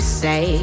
say